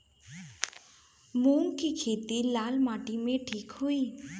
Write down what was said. मूंग के खेती लाल माटी मे ठिक होई?